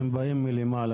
הם באים מלמעלה